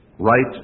Right